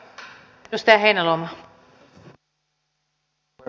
arvoisa puhemies